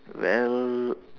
well